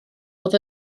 oedd